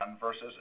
versus